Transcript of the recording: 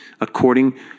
according